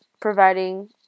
providing